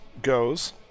goes